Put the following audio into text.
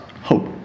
hope